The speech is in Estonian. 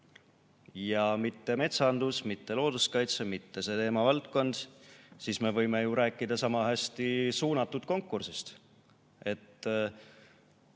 ja mitte metsandus, mitte looduskaitse, mitte see teemavaldkond, siis me võime ju rääkida sama hästi suunatud konkursist.